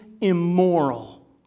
immoral